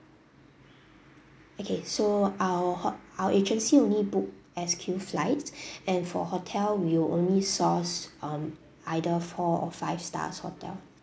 okay so our hot our agency only book S_Q flight and for hotel will only source um either four or five stars hotel